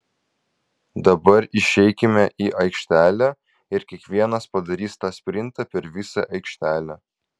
dabar išeikime į aikštelę ir kiekvienas padarys tą sprintą per visą aikštelę